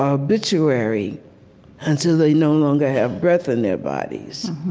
ah obituary until they no longer have breath in their bodies,